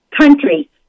country